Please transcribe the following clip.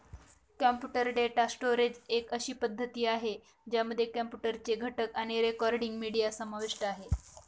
computer data storage एक अशी पद्धती आहे, ज्यामध्ये कॉम्प्युटर चे घटक आणि रेकॉर्डिंग, मीडिया समाविष्ट आहे